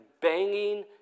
banging